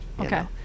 Okay